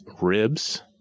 ribs